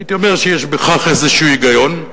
הייתי אומר שיש בכך איזה היגיון,